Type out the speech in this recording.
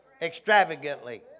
Extravagantly